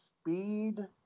speed